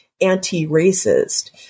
anti-racist